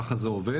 ככה זה עובד,